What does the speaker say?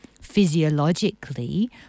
Physiologically